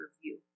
review